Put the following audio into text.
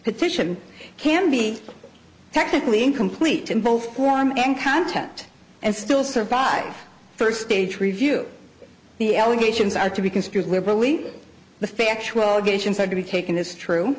petition can be technically incomplete in both form and content and still survive first stage review the allegations are to be construed liberally the factual allegations are to be taken as true